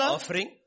Offering